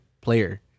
player